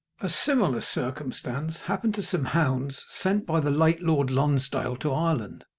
a similar circumstance happened to some hounds sent by the late lord lonsdale to ireland.